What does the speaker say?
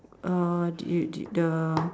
uh did you did the